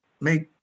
make